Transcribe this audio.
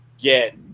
get